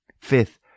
Fifth